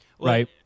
Right